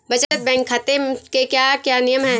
बचत बैंक खाते के क्या क्या नियम हैं?